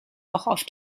auch